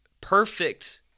perfect